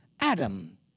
Adam